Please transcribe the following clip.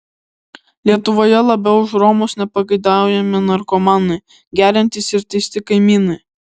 lietuvoje labiau už romus nepageidaujami narkomanai geriantys ir teisti kaimynai